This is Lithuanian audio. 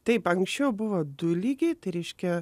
taip anksčiau buvo du lygiai tai reiškia